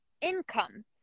income